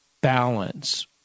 balance